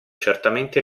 certamente